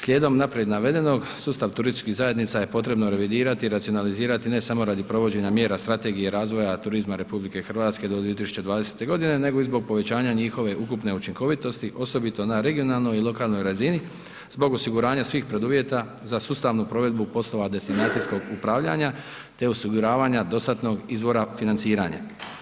Slijedom naprijed navedenog, sustav turističkih zajednica je potrebno revidirati, racionalizirati, ne samo protiv provođenja mjera strategija i razvoja turizma RH do 2020. godine nego i zbog povećanja njihove ukupne učinkovitosti, osobito na regionalnoj i lokalnoj razini, zbog osiguranja svih preduvjeta za sustavnu provedbu poslova destinacijskog upravljanja te osiguravanja dostatnog izvora financiranja.